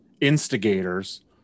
instigators